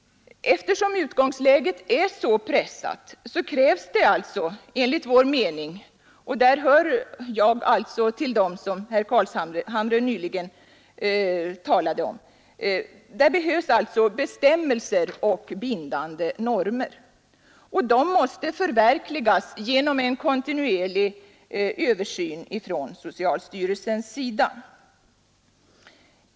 Eftersom utgångsläget är pressat krävs det alltså enligt vår mening — och jag hör därvidlag till dem som herr Carlshamre nyss talade om — bestämmelser och bindande normer. Och de måste förverkligas genom en kontinuerlig översyn från socialstyrelsens sida.